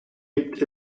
gibt